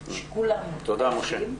תודה, משה.